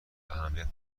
اهمیت